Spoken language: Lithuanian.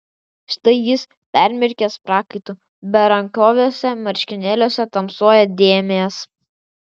štai jis permirkęs prakaitu berankoviuose marškinėliuose tamsuoja dėmės